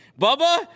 Bubba